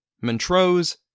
Montrose